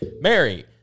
Mary